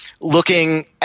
looking